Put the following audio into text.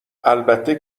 البته